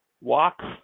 Walks